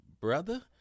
brother